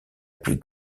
plus